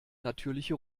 natürlich